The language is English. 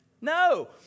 No